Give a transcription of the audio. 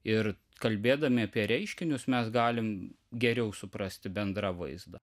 ir kalbėdami apie reiškinius mes galim geriau suprasti bendrą vaizdą